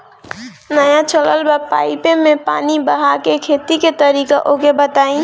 नया चलल बा पाईपे मै पानी बहाके खेती के तरीका ओके बताई?